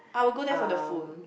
I will go there for the food